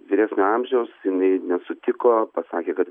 vyresnio amžiaus jinai nesutiko pasakė kad